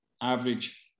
average